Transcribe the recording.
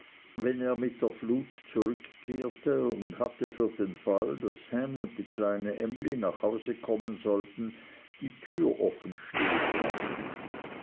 wenn er mit der flut zurückkehrte und hatte für den fall daß ham und die kleine emly nach hause kommen sollten die türe offen stehen lassen